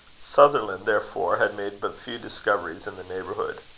sutherland, therefore, had made but few discoveries in the neighbourhood.